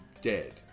dead